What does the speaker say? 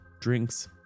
drinks